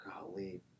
golly